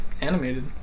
animated